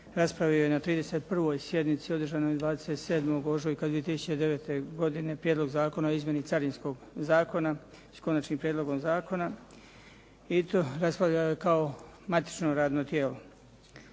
raspravio je na 31. sjednici održanoj 27. ožujka 2009. godine Prijedlog zakona o izmjeni Carinskog zakona, s Konačnim prijedlogom zakona i to raspravljao je kao matično radni tijelo.